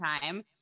time